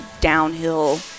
downhill